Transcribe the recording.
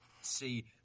see